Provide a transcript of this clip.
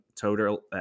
total